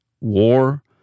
war